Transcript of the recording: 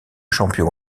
champion